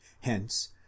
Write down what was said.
hence